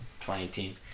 2018